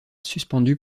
suspendu